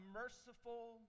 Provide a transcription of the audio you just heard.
merciful